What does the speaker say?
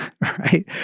right